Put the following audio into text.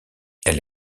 elle